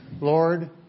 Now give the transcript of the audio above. Lord